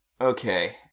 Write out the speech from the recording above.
Okay